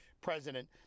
president